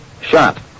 shot